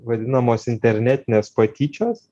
vadinamos internetinės patyčios